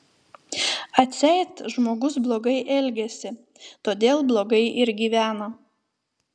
atseit žmogus blogai elgiasi todėl blogai ir gyvena